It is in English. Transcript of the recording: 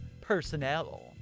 personnel